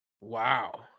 wow